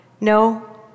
No